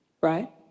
right